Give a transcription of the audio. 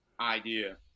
idea